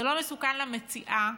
זה לא מסוכן למציעה,